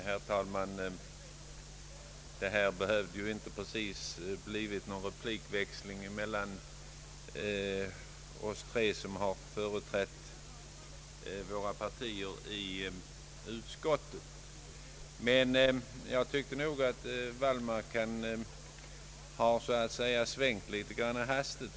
Herr talman! Det här behövde ju inte precis ha blivit någon replikväxling mellan oss tre som företrätt våra partier i utskottet. Jag tycker nog att herr Wallmark har svängt litet hastigt i detta sammanhang.